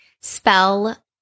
spell